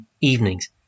evenings